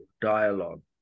dialogue